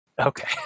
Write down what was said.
Okay